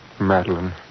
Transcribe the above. Madeline